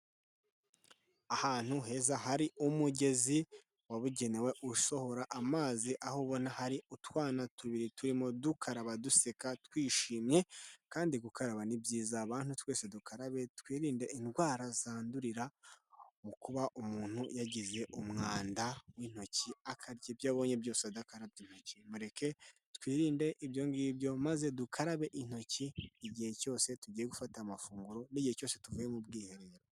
Ahantu heza hari umugezi wabugenewe usohora amazi, aho ubona hari utwana tubiri turimo dukaraba duseka twishimye, kandi gukaraba ni byiza, bantu twese dukarabe twirinde indwara zandurira mu kuba umuntu yagize umwanda w'intoki, akarya ibyo abonye byose adakarabye intoki, mureke twirinde ibyo ngibyo maze dukarabe intoki, igihe cyose tugiye gufata amafunguro n'igihe cyose tuvuye mu bwiherero.